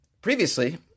previously